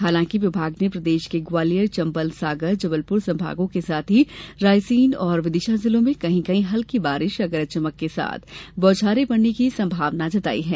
हालांकि विभाग ने प्रदेश के ग्वालियर चंबल सागर जबलपुर संभागो के साथ ही रायसेन और विदिशा जिलो में कहीं कहीं हल्की बारिश या गरज चमक के साथ बौछारें पड़ने की संभावना जताई है